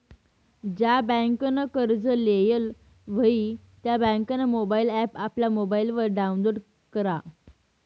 ज्या बँकनं कर्ज लेयेल व्हयी त्या बँकनं मोबाईल ॲप आपला मोबाईलवर डाऊनलोड करा